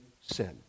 sin